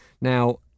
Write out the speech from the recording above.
Now